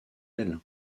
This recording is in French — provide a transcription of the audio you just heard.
belle